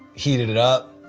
heated it up,